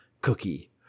Cookie